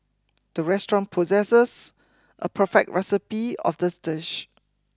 the restaurant possesses a perfect recipe of this dish